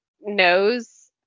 knows